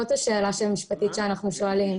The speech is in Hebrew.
זו השאלה המשפטית שאנו שואלים.